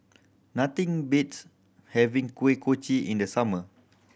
nothing beats having Kuih Kochi in the summer